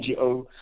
NGO